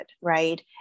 right